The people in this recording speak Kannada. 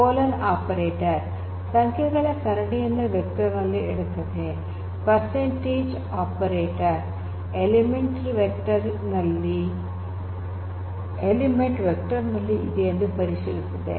ಕೋಲನ್ ಆಪರೇಟರ್ ಸಂಖ್ಯೆ ಗಳ ಸರಣಿಯನ್ನು ವೆಕ್ಟರ್ ನಲ್ಲಿ ಇಡುತ್ತದೆ ಪರ್ಸಂಟೇಜ್ ಎಲಿಮೆಂಟ್ ವೆಕ್ಟರ್ ನಲ್ಲಿ ಇದೆಯಾ ಎಂದು ಪರಿಶೀಲಿಸುತ್ತದೆ